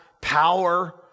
power